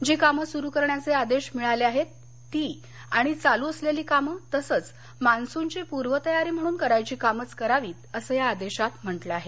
जी कामं सुरु करण्याचे आदेश मिळाले आहेत ती आणि चालू असलेली कामं तसंच मान्सूनची पूर्वतयारी म्हणून करायची कामंच करावीत असं या आदेशात म्हटलं आहे